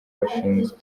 bashinzwe